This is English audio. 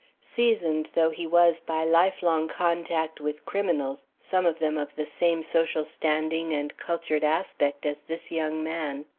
seasoned though he was by lifelong contact with criminals, some of them of the same social standing and cultured aspect as this young man.